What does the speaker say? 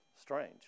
Strange